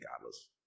godless